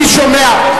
אני שומע,